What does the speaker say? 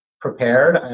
prepared